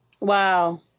wow